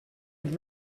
had